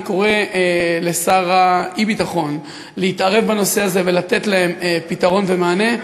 אני קורא לשר האי-ביטחון להתערב בנושא הזה ולתת להם פתרון ומענה.